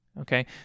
okay